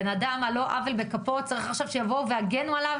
בן אדם על לא עוול בכפו צריך שיבואו לעגן עליו